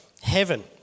heaven